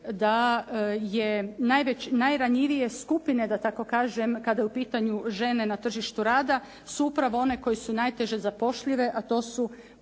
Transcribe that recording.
da je najranjivije skupine da tako kažem, kada je u pitanju žene na tržištu rada, su upravo one koje su najteže zapošljive, a to su